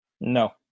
no